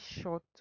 short